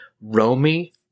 Romy